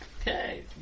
Okay